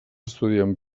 estudiant